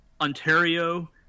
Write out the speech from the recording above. Ontario